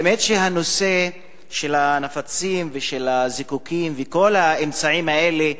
האמת שהנושא של הנפצים ושל הזיקוקים וכל האמצעים האלה,